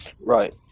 right